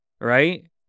right